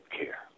care